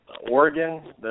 Oregon